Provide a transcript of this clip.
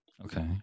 Okay